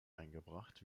eingebracht